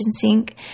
sink